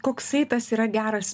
koksai tas yra geras